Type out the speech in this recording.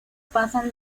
pasan